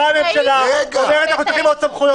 באה הממשלה ואומרת: אנחנו צריכים עוד סמכויות,